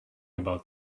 about